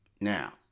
now